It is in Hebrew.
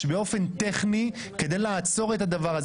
שבאופן טכני כדי לעצור את הדבר הזה,